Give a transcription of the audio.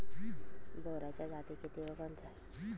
बोराच्या जाती किती व कोणत्या?